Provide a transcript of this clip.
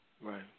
Right